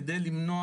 כדי למנוע,